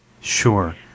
Sure